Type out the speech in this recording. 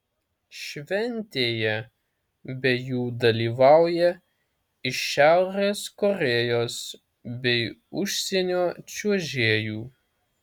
šventėje be jų dalyvauja ir šiaurės korėjos bei užsienio čiuožėjų